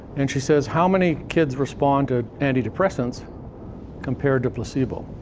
and she says, how many kids respond to anti-depressants compared to placebo?